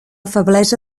feblesa